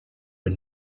but